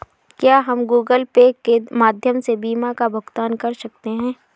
क्या हम Google Pay के माध्यम से बीमा का भुगतान कर सकते हैं?